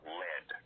lead